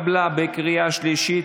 התקבלה בקריאה שלישית,